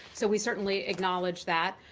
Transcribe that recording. so we certainly acknowledge that.